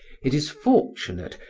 it is fortunate,